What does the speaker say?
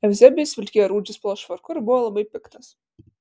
euzebijus vilkėjo rūdžių spalvos švarku ir buvo labai piktas